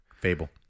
Fable